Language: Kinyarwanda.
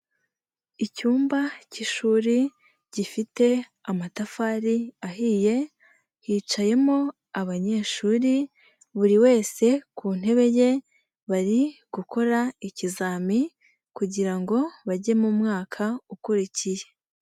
Icyumba cy'ishuri, gifite amatafari ahiye, hicayemo abanyeshuri, buri wese ku ntebe ye, bari gukora ikizam kugira ngo bajye mu mwaka ukurikiye.